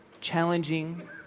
challenging